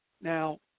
Now